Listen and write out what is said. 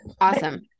Awesome